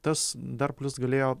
tas dar plius galėjo